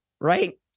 right